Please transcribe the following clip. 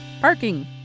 Parking